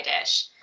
dish